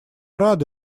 рады